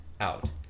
out